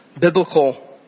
biblical